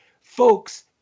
Folks